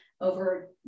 over